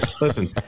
listen